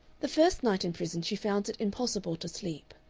the first night in prison she found it impossible to sleep.